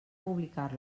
publicar